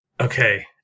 Okay